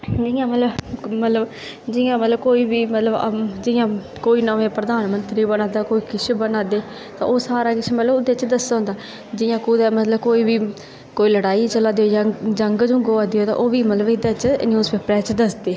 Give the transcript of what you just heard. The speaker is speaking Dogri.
जियां मतलब मतलब जदियां मतलब कोई बी जियां कोई नमां प्रधानमंत्री बना दा कोई किश बना दा ते ओह् सारा किश मतलब ओह्दे च दस्सा दा जियां कुदै मतलब कोई बी कोई लड़ाई चला दी कोई जंग चला दी तां ओह्बी मतलब इस न्यूज़पेपर उप्पर दस्सदे